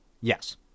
Yes